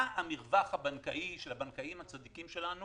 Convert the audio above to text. המרווח הבנקאי של הבנקאים הצדיקים שלנו,